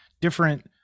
different